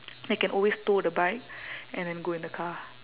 then can always tow the bike and then go in the car